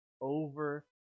over